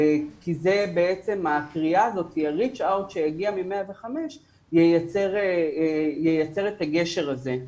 כי הקריאה הזאת היא ה-ריצ' אאוט שיגיע מ-105 תייצר את הגשר הזה.